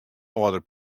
âlder